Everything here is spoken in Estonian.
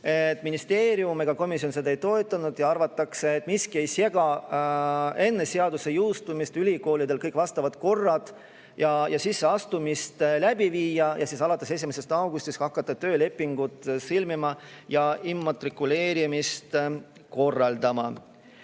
Ei ministeerium ega komisjon seda ei toetanud. Arvatakse, et miski ei sega enne seaduse jõustumist ülikoolidel kõik vastavad korrad ja sisseastumised läbi viia ja siis alates 1. augustist hakata töölepinguid sõlmima ja immatrikuleerimist korraldama.